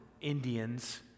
indians